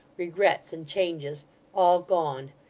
regrets and changes all gone.